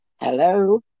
Hello